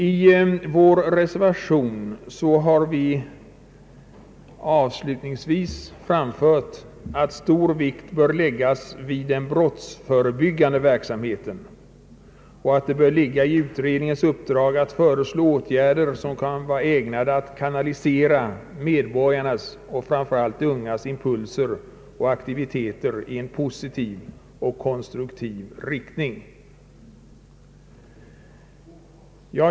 I vår reservation har vi avslutningsvis framhållit att stor vikt bör läggas vid den brottsförebyggande verksamheten och att det bör ligga i utredningens uppdrag att föreslå åtgärder, som kan vara ägnade att kanalisera medborgarnas och framför allt ungdomarnas impulser och aktiviteter i en positiv och konstruktiv riktning.